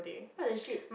what the shit